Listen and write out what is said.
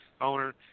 owner